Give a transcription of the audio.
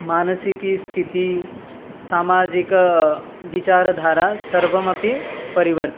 मानसिकस्थितिः सामाजिक विचारधारा सर्वमपि परिवर्तितम्